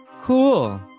Cool